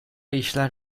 işler